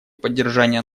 поддержания